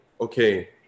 okay